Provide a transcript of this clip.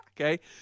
Okay